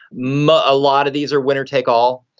much a lot of these are winner take all.